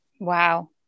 Wow